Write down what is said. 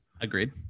agreed